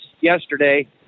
yesterday